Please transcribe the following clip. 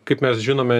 kaip mes žinome